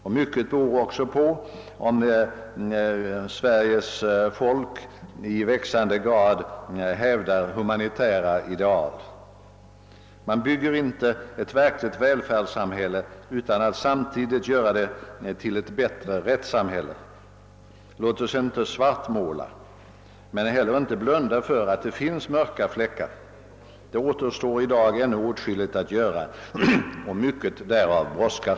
Mycket beror också på om Sveriges folk i växande grad hävdar humanitära ideal. Man bygger inte ett verkligt välfärdssamhälle utan att samtidigt göra det till ett bättre rättssamhälle. Låt oss inte svartmåla men inte heller blunda för att det finns mörka fläckar. Det återstår i dag ännu åtskilligt att göra och mycket därav brådskar.